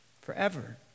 Forever